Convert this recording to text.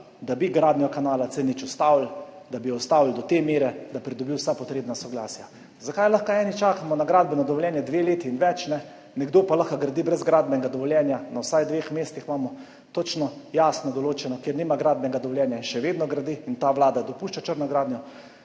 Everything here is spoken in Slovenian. da bi gradnjo kanala C0 ustavili, da bi jo ustavili do te mere, da pridobi vsa potrebna soglasja. Zakaj lahko eni čakamo na gradbeno dovoljenje dve leti in več, nekdo pa lahko gradi brez gradbenega dovoljenja? Na vsaj dveh mestih imamo točno jasno določeno, kjer nima gradbenega dovoljenja in še vedno gradi in ta vlada dopušča črno gradnjo.